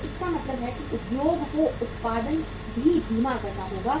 तो इसका मतलब है कि उद्योग को उत्पादन भी धीमा करना होगा